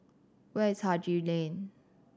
where is Haji Lane